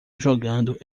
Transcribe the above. jogando